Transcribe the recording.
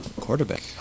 quarterback